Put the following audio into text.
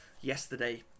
yesterday